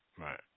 right